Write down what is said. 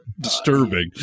disturbing